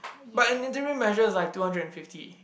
but an interim measure is like two hundred and fifty